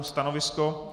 Stanovisko?